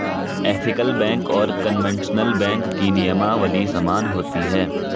ethical bank और conventional bank की नियमावली समान होती है